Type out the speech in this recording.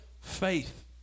faith